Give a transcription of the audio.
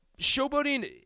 Showboating